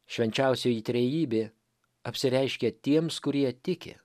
švenčiausioji trejybė apsireiškia tiems kurie tiki